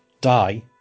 die